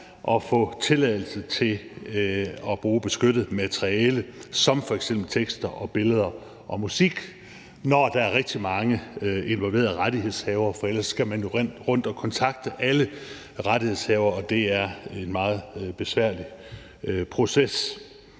at få tilladelse til at bruge beskyttet materiale som f.eks. tekster og billeder og musik, når der er rigtig mange involverede rettighedshavere. For ellers skal man jo rundt og kontakte alle rettighedshavere, og det er en meget besværlig proces.